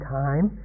time